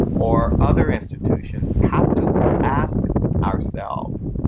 or other institutions have to ask ourselves,